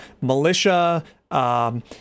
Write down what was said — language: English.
Militia